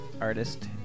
artist